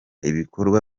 ibikorwa